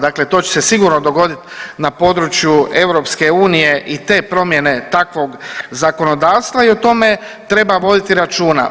Dakle, to će se sigurno dogoditi na području EU i te promjene takvog zakonodavstva i o tome treba voditi računa.